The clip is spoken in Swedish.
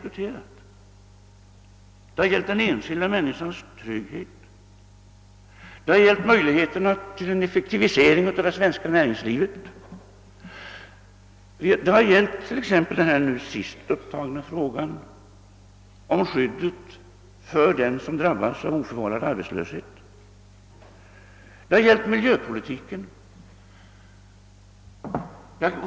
Debatten har gällt den enskilda människans trygghet, den har gällt möjligheterna till en effektivisering av det svenska näringslivet, den har gällt t.ex. den sist upptagna frågan om skyddet för den som drabbas av oförvållad arbetslöshet och den har gällt miljöpolitiken.